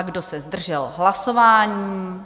Kdo se zdržel hlasování?